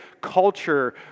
culture